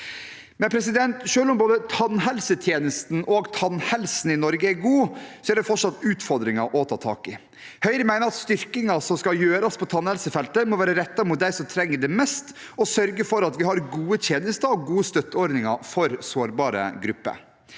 Likevel: Selv om både tannhelsetjenesten og tannhelsen i Norge er god, er det fortsatt utfordringer å ta tak i. Høyre mener at styrkingen som skal gjøres på tannhelsefeltet, må være rettet mot dem som trenger det mest, og sørge for at vi har gode tjenester og gode støtteordninger for sårbare grupper.